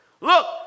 Look